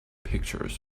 pictures